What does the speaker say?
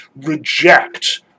reject